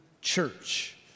church